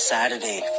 Saturday